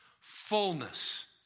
fullness